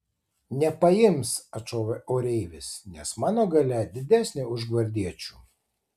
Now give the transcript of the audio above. nepaims atšovė oreivis nes mano galia didesnė už gvardiečių